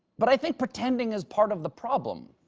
but i think pretending is part of the problem.